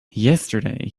yesterday